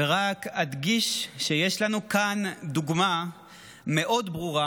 ורק אדגיש שיש לנו כאן דוגמה מאוד ברורה